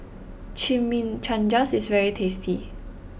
Chimichangas is very tasty